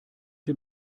dem